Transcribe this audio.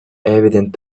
evident